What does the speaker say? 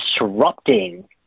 disrupting